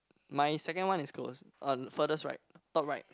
my second one is close uh furthest right top right